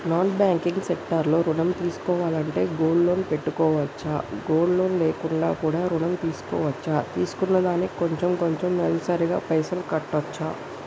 Non banking sector లో ఋణం తీసుకోవాలంటే గోల్డ్ లోన్ పెట్టుకోవచ్చా? గోల్డ్ లోన్ లేకుండా కూడా ఋణం తీసుకోవచ్చా? తీసుకున్న దానికి కొంచెం కొంచెం నెలసరి గా పైసలు కట్టొచ్చా?